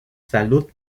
salud